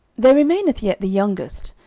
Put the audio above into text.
there remaineth yet the youngest,